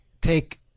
take